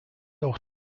auch